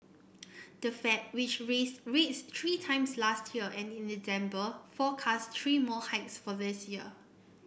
the Fed which raised rates three times last year and in December forecast three more hikes for this year